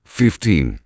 fifteen